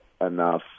enough